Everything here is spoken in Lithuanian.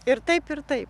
ir taip ir taip